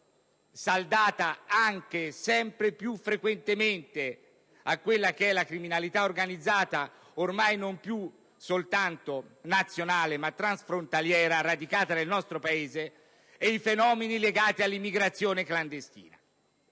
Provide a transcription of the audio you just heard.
(saldata anche, e sempre più frequentemente, alla criminalità organizzata ormai non più soltanto nazionale ma transfrontaliera), radicata nel nostro Paese, e i fenomeni legati all'immigrazione clandestina,